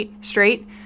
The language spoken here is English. straight